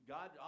God